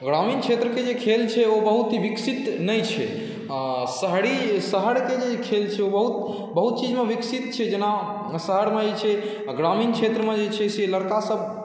ग्रामीण क्षेत्रके जे खेल छै ओ बहुत ही विकसित नहि छै आओर शहरी शहरके जे खेल छै ओ बहुत बहुत चीजमे विकसित छै जेना शहरमे जे छै ग्रामीण क्षेत्रमे जे छै से लड़कासब